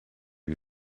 you